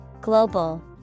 Global